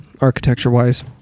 architecture-wise